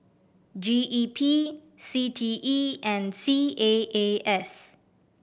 G E P C T E and C A A S